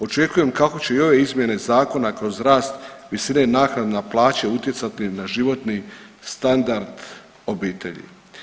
Očekujem kako će i ove izmjene zakona kroz rast visine naknade na plaće utjecati na životni standard obitelji.